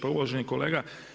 Pa uvaženi kolega.